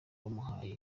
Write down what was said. wamuhaye